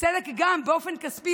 באופן כספי,